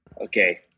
okay